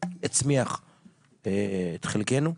הצמיח את חלקנו.